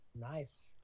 Nice